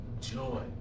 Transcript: joy